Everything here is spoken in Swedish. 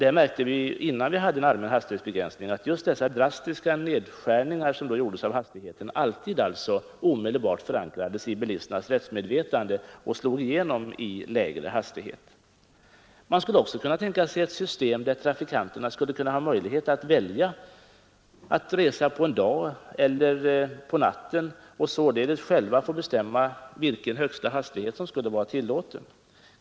Det märkte vi innan vi hade en allmän hastighetsbegränsning att just dessa drastiska nedskärningar av hastigheten som då gjordes omedelbart förankrades i bilisternas rättsmedvetande och resulterade i lägre hastighet. Man skulle också kunna tänka sig ett system där trafikanterna skulle ha möjlighet att välja att resa på dagen eller på natten och således själva bestämma vilken högsta hastighet som skulle vara tillåten.